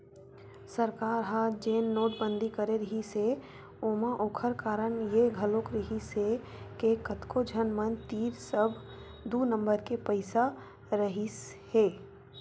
सरकार ह जेन नोटबंदी करे रिहिस हे ओमा ओखर कारन ये घलोक रिहिस हे के कतको झन मन तीर सब दू नंबर के पइसा रहिसे हे